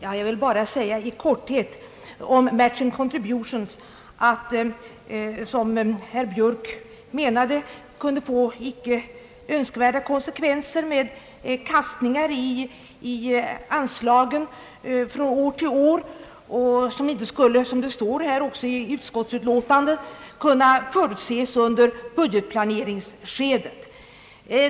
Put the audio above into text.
Herr talman! Herr Björk menade att matching contributions kunde få icke önskvärda konsekvenser med kastningar i anslagen från år till år, som inte skulle kunna förutses under budgetplaneringsskedet, något som också står i utskottsutlåtandet.